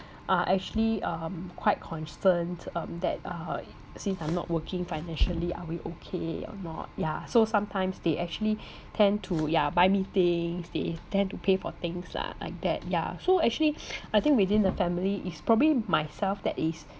are actually um quite concerned um that uh since I'm not working financially are we okay or not ya so sometimes they actually tend to yeah buy me things they tend to pay for things lah like that ya so actually I think within the family it's probably myself that is